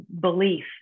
belief